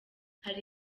hari